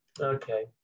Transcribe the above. Okay